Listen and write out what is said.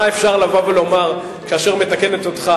מה אפשר לבוא ולומר כאשר מתקנים אותך